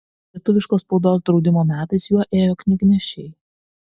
lietuviškos spaudos draudimo metais juo ėjo knygnešiai